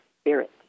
spirit